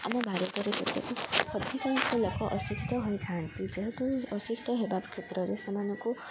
ଆମ ଭାରତରେ ଯେତେକ ଅଧିକାଂଶ ଲୋକ ଅଶିକ୍ଷିତ ହୋଇଥାନ୍ତି ଯେହେତୁ ଅଶିକ୍ଷିତ ହେବା କ୍ଷେତ୍ରରେ ସେମାନଙ୍କୁ